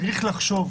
צריך לחשוב,